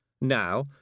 now